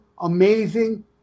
amazing